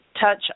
touch